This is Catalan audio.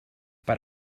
per